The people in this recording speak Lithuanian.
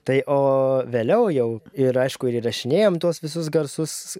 tai o vėliau jau ir aišku ir įrašinėjom tuos visus garsus